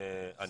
ואני